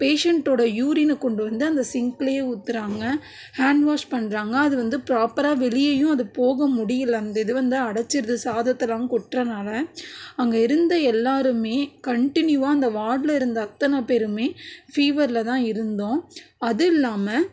பேஷண்ட்டோட யூரினை கொண்டு வந்து அந்த சிங்க்லயே ஊற்றுறாங்க ஹாண்ட் வாஷ் பண்ணுறாங்க அது வந்து ப்ராப்பராக வெளியையும் அது போக முடியல அந்த இது வந்து அடைச்சிடுது சாதத்தைலாம் கொட்டுறனால அங்கே இருந்த எல்லாருமே கன்ட்டினியூவாக அந்த வார்டில் இருந்த அத்தனை பேருமே ஃபீவரில் தான் இருந்தோம் அது இல்லாமல்